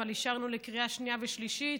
אבל אישרנו לקריאה שנייה ושלישית,